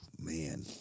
man